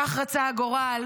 כך רצה הגורל,